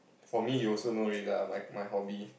for me you also know already lah my my hobby